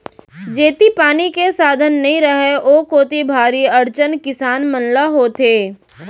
जेती पानी के साधन नइ रहय ओ कोती भारी अड़चन किसान मन ल होथे